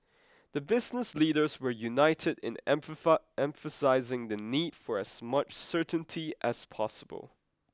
the business leaders were united in emphasising the need for as much certainty as possible